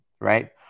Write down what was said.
right